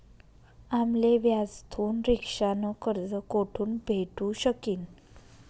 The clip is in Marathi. आम्ले व्याजथून रिक्षा न कर्ज कोठून भेटू शकीन